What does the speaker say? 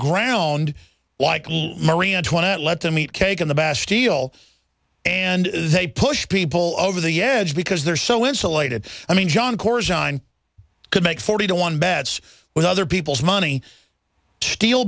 ground like marie antoinette let them eat cake in the bastille and they push people over the edge because they're so insulated i mean john cores john could make forty to one bats with other people's money to steal